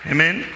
Amen